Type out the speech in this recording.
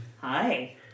Hi